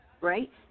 right